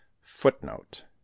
Footnote